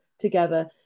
together